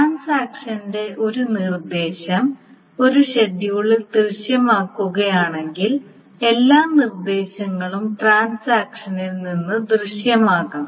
ട്രാൻസാക്ഷന്റെ ഒരു നിർദ്ദേശം ഒരു ഷെഡ്യൂളിൽ ദൃശ്യമാകുകയാണെങ്കിൽ എല്ലാ നിർദ്ദേശങ്ങളും ട്രാൻസാക്ഷനിൽ നിന്ന് ദൃശ്യമാകണം